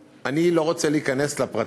אני רוצה לומר כאן, אני לא רוצה להיכנס לפרטים